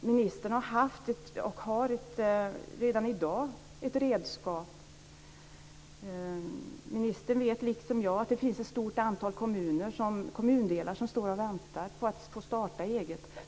Ministern har haft och har redan i dag ett redskap. Ministern, liksom jag, vet att det finns ett stort antal kommundelar som väntar på att få starta eget.